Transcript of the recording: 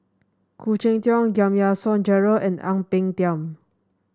Khoo Cheng Tiong Giam Yean Song Gerald and Ang Peng Tiam